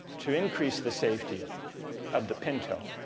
to increase the safety of the pinto,